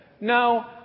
No